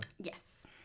Yes